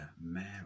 Mary